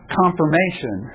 confirmation